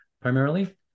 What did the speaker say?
primarily